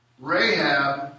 Rahab